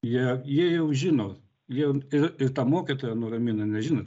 jie jie jau žino jie ir ir tą mokytoją nuramina nes žinot